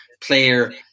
player